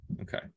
Okay